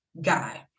guy